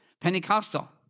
Pentecostal